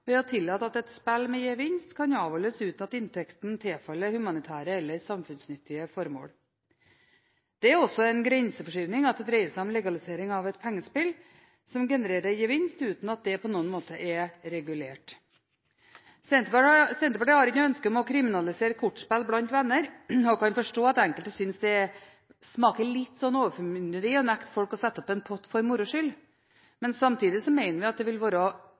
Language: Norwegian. ved å tillate at et spill med gevinst kan avholdes uten at inntekten tilfaller humanitære eller samfunnsnyttige formål. Det er også en grenseforskyvning at det dreier seg om legalisering av et pengespill som genererer gevinst uten at det på noen måte er regulert. Senterpartiet har ikke noe ønske om å kriminalisere kortspill blant venner og kan forstå at enkelte synes det smaker av overformynderi å nekte folk å sette opp en pott for moro skyld. Samtidig mener vi at det vil være